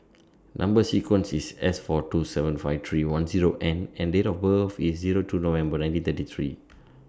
Number sequence IS S four two seven five three one Zero N and Date of birth IS Zero two November nineteen thirty three